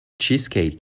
Cheesecake